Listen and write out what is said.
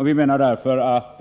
Vi menar därför att